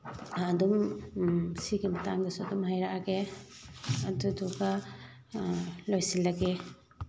ꯑꯗꯨꯝ ꯁꯤꯒꯤ ꯃꯇꯥꯡꯗꯁꯨ ꯑꯗꯨꯝ ꯍꯥꯏꯔꯛꯑꯒꯦ ꯑꯗꯨꯗꯨꯒ ꯂꯣꯏꯁꯤꯜꯂꯒꯦ